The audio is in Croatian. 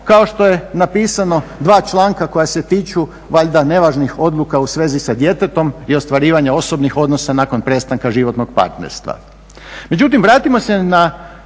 kao što je napisano dva članka koja se tiču valjda nevažnih odluka u svezi sa djetetom i ostvarivanja osobnih odnosa nakon prestanka životnog partnerstva.